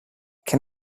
can